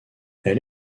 elle